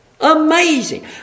Amazing